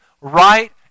right